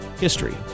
History